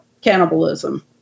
cannibalism